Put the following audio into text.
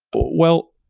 well,